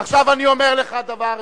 עכשיו אני אומר לך דבר אחד,